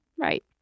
Right